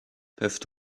peuvent